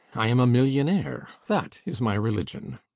i am a millionaire. that is my religion.